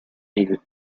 aiuto